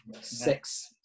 six